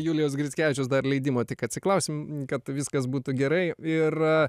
julijaus grickevičiaus dar leidimo tik atsiklausim kad viskas būtų gerai ir